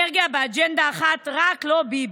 באג'נדה אחת: רק לא ביבי.